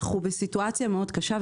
אנחנו בסיטואציה מאוד קשה,